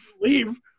leave